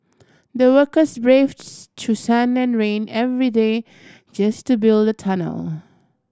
the workers braved through sun and rain every day just to build the tunnel